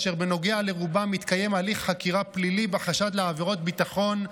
ובנוגע לרובם מתקיים הליך חקירה פלילי בחשד לעבירות ביטחון,